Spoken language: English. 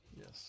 yes